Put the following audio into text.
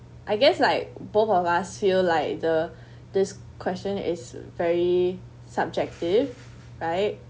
I guess like both of us feel like the this question is very subjective right